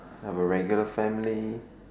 have a regular family